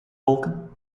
wolken